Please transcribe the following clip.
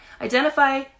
Identify